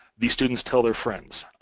these students tell their friends.